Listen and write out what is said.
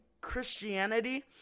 Christianity